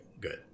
good